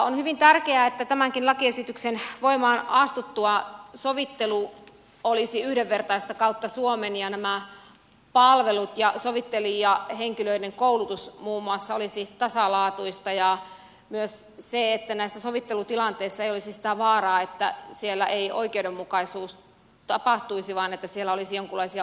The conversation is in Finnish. on hyvin tärkeää että tämänkin lakiesityksen voimaan astuttua sovittelu olisi yhdenvertaista kautta suomen ja nämä palvelut ja sovittelijahenkilöiden koulutus muun muassa olisivat tasalaatuisia ja myös että näissä sovittelutilanteissa ei olisi sitä vaaraa että siellä ei oikeudenmukaisuus tapahtuisi